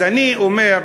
אז אני אומר,